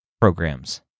programs